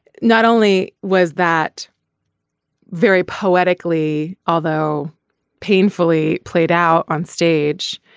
not only was that very poetically although painfully played out on stage